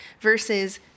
versus